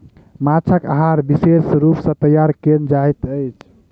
माँछक आहार विशेष रूप सॅ तैयार कयल जाइत अछि